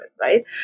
right